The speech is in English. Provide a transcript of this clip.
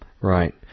Right